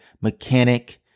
mechanic